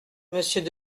monsieur